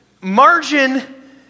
Margin